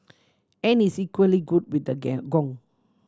and is equally good with the gang gong